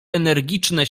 energiczne